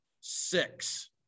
six